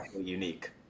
unique